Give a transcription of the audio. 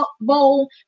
bowl